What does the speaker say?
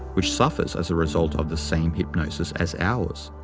which suffers as a result of the same hypnosis as ours.